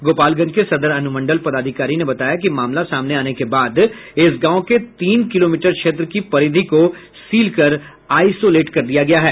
गोपालगंज के सदर अनुमंडल पदाधिकारी ने बताया कि मामला सामने आने के बाद इस गांव के तीन किलोमीटर क्षेत्र की परिधि को सील कर आईसोलेट कर दिया गया है